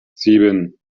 sieben